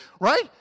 right